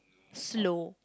slow